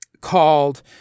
called